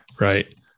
Right